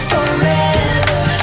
Forever